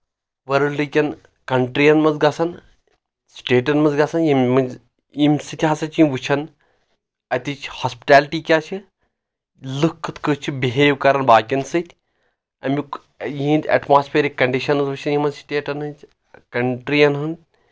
world کؠن کنٹرین منٛز گژھان سٹیٹن منٛز گژھان ییٚمہِ منٛز ییٚمہِ سۭتۍ ہسا چھِ یِم وٕچھان اَتِچ ہاسپِٹلٹی کیاہ چھِ لُکھ کٕتھ کٲٹھۍ چھِ بہیو کران باقیَن سۭتۍ اَمیُک یِہٕنٛدۍ اؠٹموسپیرِک کنڈِشنٕز وٕچھان یِمن سٹیٹن ہٕنٛز کنٹرین ہُنٛد